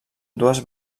dues